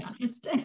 honest